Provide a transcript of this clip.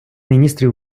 міністрів